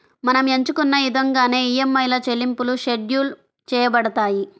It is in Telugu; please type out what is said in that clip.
మనం ఎంచుకున్న ఇదంగానే ఈఎంఐల చెల్లింపులు షెడ్యూల్ చేయబడతాయి